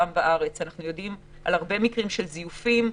כי אנחנו יודעים על הרבה מקרים של זיופים,